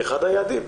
כאחד היעדים.